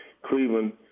Cleveland